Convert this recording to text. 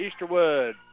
Easterwood